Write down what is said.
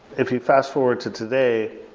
if you fast-forward to today,